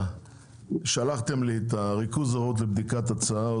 שלחתם לי ריכוז הוראות ובדיקת הצעות,